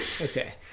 Okay